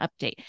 update